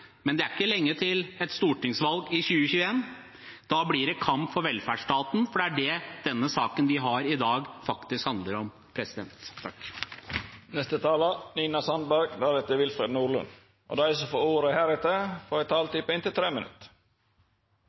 Men det er ikke lenge til stortingsvalget i 2021. Da blir det kamp for velferdsstaten, for det er det denne saken vi behandler i dag, faktisk handler om.